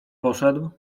poszedł